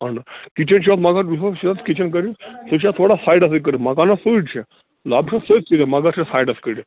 kitchen چھُ اَتھ مگر بِلکُل سیوٚد کِچن کٔرۍہوٗس سُہ چھُ اَتھ تھوڑا ہایڈسٕے کٔڈمٕژ مکانس سۭتۍ چھِ لب چھِ سٍتۍ سٍتۍ مگر چھَس سایڈس کٔڈِتھ